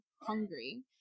hungry